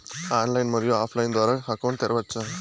Online, మరియు offline line ద్వారా account తెరవచ్చా?